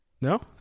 No